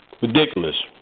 ridiculous